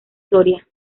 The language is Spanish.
soria